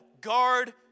guard